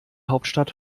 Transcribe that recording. hauptstadt